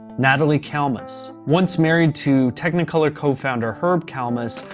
natalie kalmus. once married to technicolor cofounder herb kalmus,